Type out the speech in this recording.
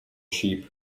sheep